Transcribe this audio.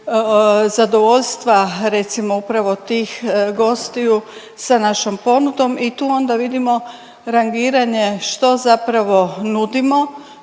zadovoljstva recimo upravo tih gostiju sa našom ponudom i tu onda vidimo rangiranje što zapravo nudimo,